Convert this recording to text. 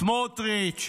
סמוטריץ',